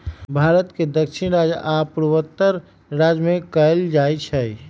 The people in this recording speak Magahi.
भारत के दक्षिणी राज्य आ पूर्वोत्तर राज्य में कएल जाइ छइ